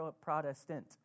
protestant